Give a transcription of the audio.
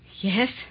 Yes